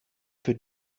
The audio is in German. für